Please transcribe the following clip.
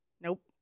Nope